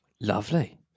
Lovely